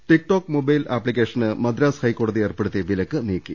ടിക് talk mobile ആപ്ലിക്കേഷന് മദ്രാസ് ഹൈക്കോടതി ഏർപ്പെടുത്തിയ വിലക്ക് നീക്കി